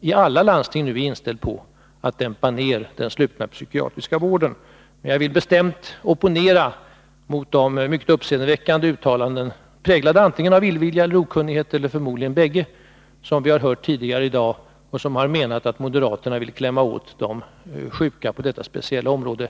i alla landsting nu är inställd på att dämpa den slutna psykiatriska vården. Jag vill alltså bestämt opponera mot de mycket uppseendeväckande uttalanden, präglade av antingen illvilja eller okunnighet — förmodligen bägge — som vi har hört tidigare i dag; man har menat att moderaterna vill klämma åt de sjuka på detta speciella område.